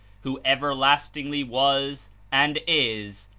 who everlastingly was, and is,